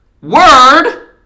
Word